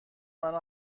منو